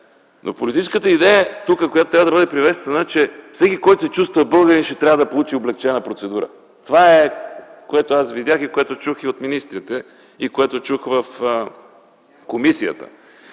Но политическата идея тук, която трябва да бъде приветствана, е, че всеки, който се чувства българин, ще трябва да получи облекчена процедура. Това е, което аз видях и което чух и от министрите, и в комисията.